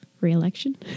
reelection